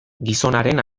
gizonaren